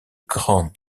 grande